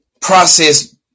process